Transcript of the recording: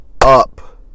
up